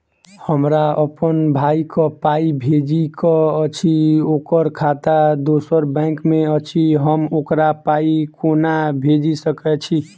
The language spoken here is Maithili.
हमरा अप्पन भाई कऽ पाई भेजि कऽ अछि, ओकर खाता दोसर बैंक मे अछि, हम ओकरा पाई कोना भेजि सकय छी?